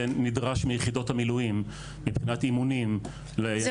שנדרש מיחידות המילואים מבחינת אימונים --- זה